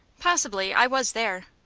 possibly. i was there.